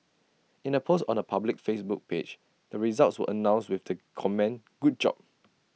in A post on her public Facebook page the results were announced with the comment good job